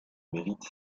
mérite